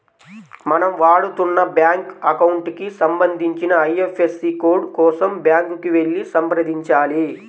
మనం వాడుతున్న bank account కి సంబంధించిన ఐ.ఎఫ్.ఎస్.సి కోడ్ కోసం బ్యాంకుకి వెళ్లి సంప్రదించాలి